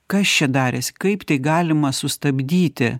kas čia darėsi kaip tai galima sustabdyti